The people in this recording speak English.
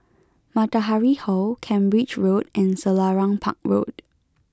Matahari Hall Cambridge Road and Selarang Park Road